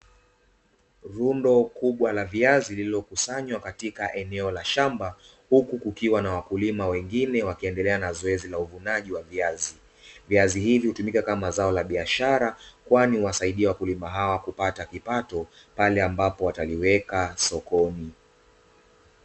Rundo kubwa la viazi lililokusanywa katika eneo la shamba, huku kukiwa na wakulima wengine wakiendelea na zoezi la uvunaji wa viazi, viazi hivi hutumika kama zao la biashara kwani huwasaidia wakulima hawa kupata kipato pale wanapoliweka sokoni.